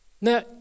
Now